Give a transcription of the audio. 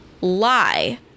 lie